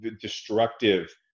destructive